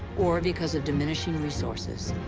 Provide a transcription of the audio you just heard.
or because of diminishing resources.